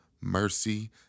mercy